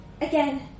Again